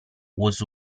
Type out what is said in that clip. was